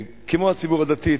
כמו בציבור הדתי,